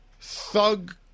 thug